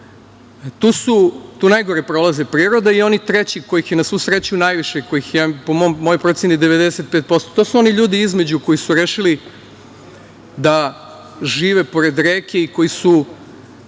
Tu najgore prolaze priroda i oni treći kojih je na svu sreću najviše, kojih ima po mojoj proceni 95%, to su oni ljudi između koji su rešili da žive pored reke i koji su